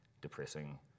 depressing